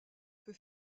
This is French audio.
peut